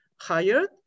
hired